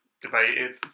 debated